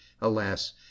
alas